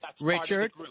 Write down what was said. Richard